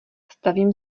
stavím